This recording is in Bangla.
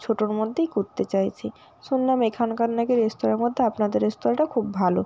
ছোটোর মধ্যেই করতে চাইছি শুনলাম এখানকার না কি রেস্তোরাঁর মধ্যে আপনাদের রেস্তোরাঁটা খুব ভালো